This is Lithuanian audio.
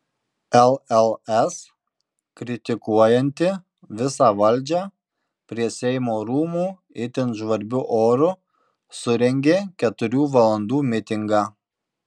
lls kritikuojanti visą valdžią prie seimo rūmų itin žvarbiu oru surengė keturių valandų mitingą